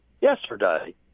Yesterday